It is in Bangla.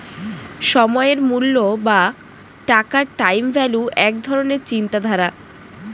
সময়ের মূল্য বা টাকার টাইম ভ্যালু এক ধরণের চিন্তাধারা